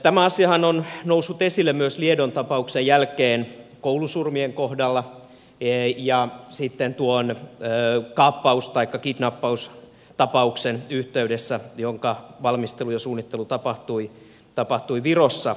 tämä asiahan on noussut esille myös liedon tapauksen jälkeen koulusurmien kohdalla ja sitten tuon kaappaus taikka kidnappaustapauksen yhteydessä jonka valmistelu ja suunnittelu tapahtui virossa